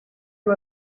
you